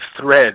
thread